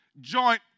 joint